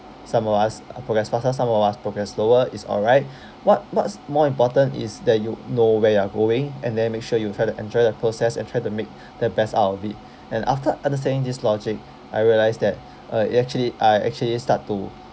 some of us uh progress faster some of us progress slower is alright what what's more important is that you know where you're going and they make sure you try to enjoy the process and try to make the best out of it and after understanding this logic I realised that uh it actually I actually start to